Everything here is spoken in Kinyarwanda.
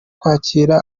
kwakira